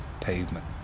pavement